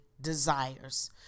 desires